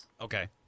Okay